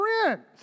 friends